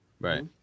Right